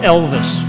Elvis